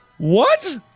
what,